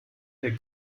der